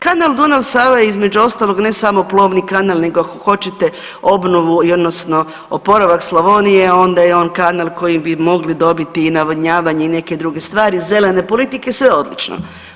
Kanal Dunav – Sava je između ostalog ne samo plovni kanal, nego ako hoćete obnovu i odnosno oporavak Slavonije onda je on kanal koji bi mogli dobiti i navodnjavanje i neke druge stvari, zelene politike sve odlično.